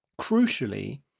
Crucially